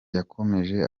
yakomeje